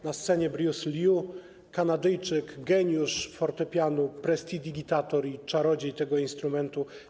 Na scenie Bruce Liu, Kanadyjczyk, geniusz fortepianu, prestidigitator i czarodziej tego instrumentu.